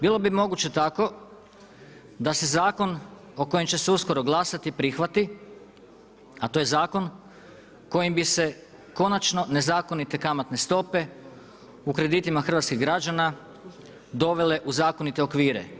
Bilo bi moguće tako da se zakon o kojem će se uskoro glasati prihvati, a to je Zakon kojim bi se konačno nezakonite kamatne stope u kreditima hrvatskih građana dovele u zakonite okvire.